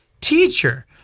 Teacher